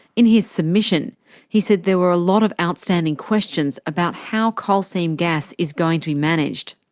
in his submission he said there were a lot of outstanding questions about how coal seam gas is going to be managed.